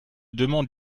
demande